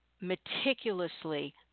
meticulously